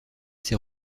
ces